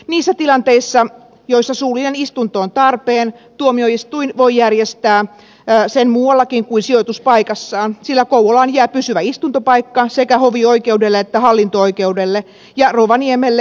niissä tilanteissa joissa suullinen istunto on tarpeen tuomioistuin voi järjestää sen muuallakin kuin sijoituspaikassaan sillä kouvolaan jää pysyvä istuntopaikka sekä hovioikeudelle että hallinto oikeudelle ja rovaniemelle hallinto oikeudelle